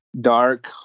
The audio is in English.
dark